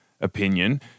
opinion